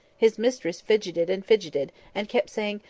his mistress fidgeted and fidgeted, and kept saying,